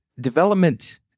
development